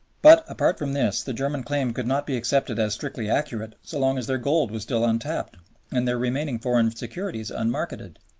but, apart from this, the german claim could not be accepted as strictly accurate so long as their gold was still untapped and their remaining foreign securities unmarketed.